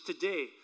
today